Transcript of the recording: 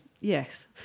yes